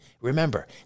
Remember